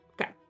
Okay